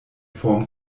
vorm